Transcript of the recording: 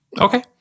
Okay